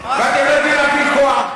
ואתם לא יודעים להפעיל כוח,